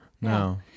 No